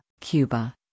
Cuba